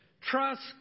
Trust